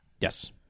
Yes